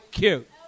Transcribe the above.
cute